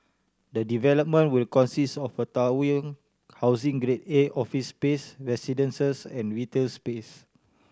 the development will consist of a towering housing Grade A office space residences and retail space